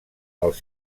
els